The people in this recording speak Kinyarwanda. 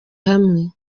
hamwe